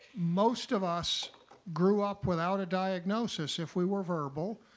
most of us grew up without a diagnosis if we were verbal,